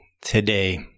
today